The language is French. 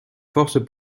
forces